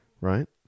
right